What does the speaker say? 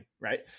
right